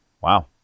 Wow